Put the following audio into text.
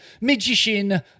magician